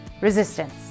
resistance